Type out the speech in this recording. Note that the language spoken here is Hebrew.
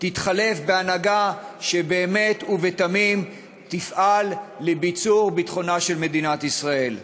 תתחלף בהנהגה שבאמת ובתמים תפעל לביצור ביטחונה של מדינת ישראל.